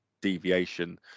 deviation